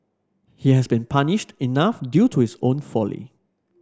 he has been punished enough due to his own folly